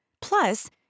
Plus